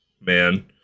man